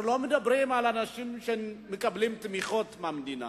אנחנו לא מדברים על אנשים שמקבלים תמיכות מהמדינה.